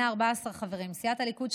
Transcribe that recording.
והבריאות תמנה 14 חברים: סיעת הליכוד,